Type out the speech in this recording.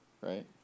right